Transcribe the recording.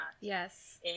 Yes